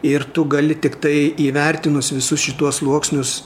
ir tu gali tiktai įvertinus visus šituos sluoksnius